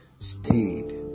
stayed